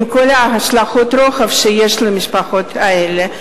עם כל השלכות הרוחב שיש למשפחות האלה.